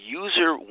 user